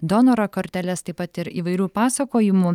donoro korteles taip pat ir įvairių pasakojimų